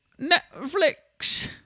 Netflix